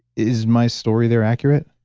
is my story there accurate?